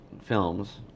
films